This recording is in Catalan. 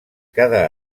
cada